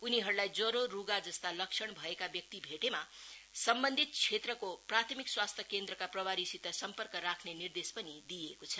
उनीहरूलाई ज्वरो रूधा जस्ता लक्षण भएका व्यक्ति भेटेमा सम्वन्धित क्षेत्रको प्राथमिक स्वस्थ्य केन्द्रका प्रभारीसित सम्पर्क राख्ने निर्देश पनि दिइएको छ